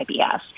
IBS